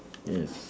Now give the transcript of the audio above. yes